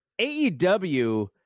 aew